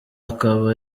akaba